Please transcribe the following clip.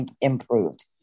improved